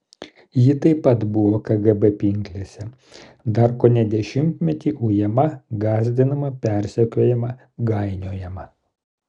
ji taip pat buvo kgb pinklėse dar kone dešimtmetį ujama gąsdinama persekiojama gainiojama